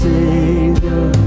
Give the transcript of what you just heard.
Savior